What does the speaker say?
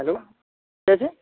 hello क्या ची